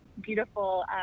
beautiful